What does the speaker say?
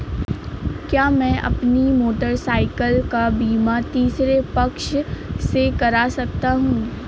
क्या मैं अपनी मोटरसाइकिल का बीमा तीसरे पक्ष से करा सकता हूँ?